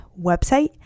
website